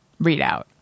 readout